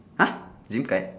!huh! dream pad